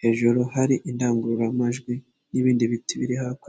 hejuru hari indangururamajwi n'ibindi biti biri hakurya.